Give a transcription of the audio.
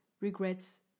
regrets